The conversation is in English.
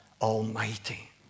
Almighty